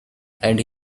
and